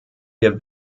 wir